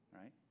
right